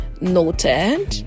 noted